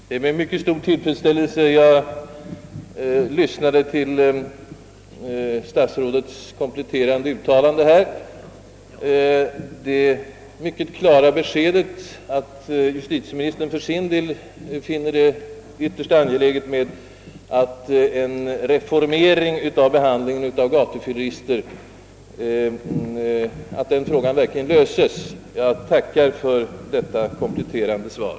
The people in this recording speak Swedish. Herr talman! Det var med mycket stor tillfredsställelse jag lyssnade till vad justitieministern nu senast anförde med det mycket klara beskedet, att han finner det ytterst angeläget att frågan om en reformering av behandlingen av gatufyllerister verkligen löses. Jag tackar för detta kompletterande svar.